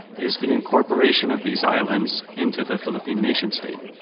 is the incorporation of these islands into the philippine nation-state.